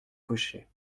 cochers